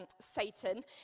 Satan